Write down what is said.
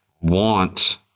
want